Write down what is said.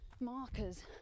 markers